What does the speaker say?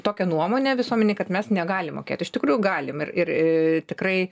tokią nuomonę visuomenei kad mes negalim mokėt iš tikrųjų galim ir ir į tikrai